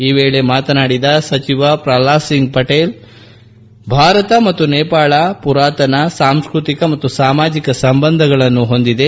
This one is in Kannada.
ಈ ವೇಳಿ ಮಾತನಾಡಿದ ಸಚಿವ ಪ್ರಲ್ಲಾದ್ ಸಿಂಗ್ ಪಟೀಲ್ ಭಾರತ ಮತ್ತು ನೇಪಾಳ ಪುರಾತನ ಸಾಂಸ್ಕೃತಿಕ ಮತ್ತು ಸಾಮಾಜಿಕ ಸಂಬಂಧಗಳನ್ನು ಹೊಂದಿದೆ